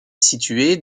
située